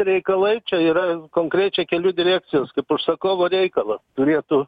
reikalai čia yra konkrečiai kelių direkcijos kaip užsakovo reikala turėtų